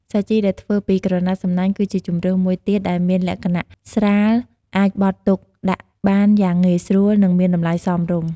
សាជីដែលធ្វើពីក្រណាត់សំណាញ់ គឺជាជម្រើសមួយទៀតដែលមានលក្ខណៈស្រាល អាចបត់ទុកដាក់បានយ៉ាងងាយស្រួល និងមានតម្លៃសមរម្យ។